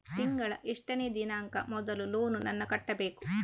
ತಿಂಗಳ ಎಷ್ಟನೇ ದಿನಾಂಕ ಮೊದಲು ಲೋನ್ ನನ್ನ ಕಟ್ಟಬೇಕು?